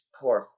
poor